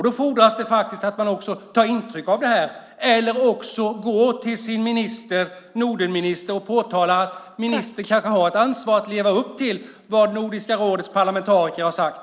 Då fordras det faktiskt att man tar intryck av det här eller också går till sin Nordenminister och påtalar att ministern kanske har ett ansvar för att leva upp till det Nordiska rådets parlamentariker har sagt.